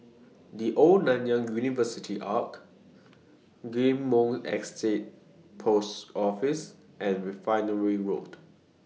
The Old Nanyang University Arch Ghim Moh Estate Post Office and Refinery Road